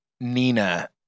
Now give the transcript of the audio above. Nina